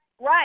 right